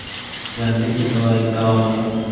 गंधी के दवाई का होला?